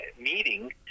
meeting